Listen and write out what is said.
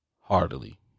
heartily